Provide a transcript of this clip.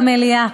למליאה,